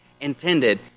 intended